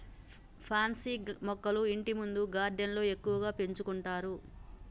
pansy మొక్కలు ఇంటిముందు గార్డెన్లో ఎక్కువగా పెంచుకుంటారు